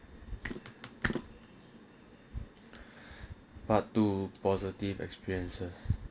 but to positive experiences